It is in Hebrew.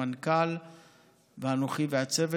המנכ"ל ואנוכי והצוות.